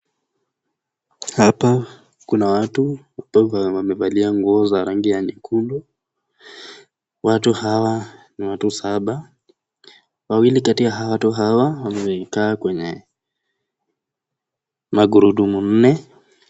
Hapa kuna watu wamevalia nguo za rangi ya nyekundu. Watu hawa ni watu saba. Wawili kati ya hawa watu hawa wamekaa kwenye magurudumu nne.